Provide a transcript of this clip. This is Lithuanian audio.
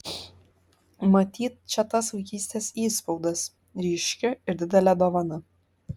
matyt čia tas vaikystės įspaudas ryški ir didelė dovana